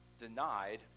denied